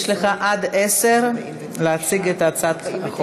יש לך עד עשר דקות להציג את הצעת החוק.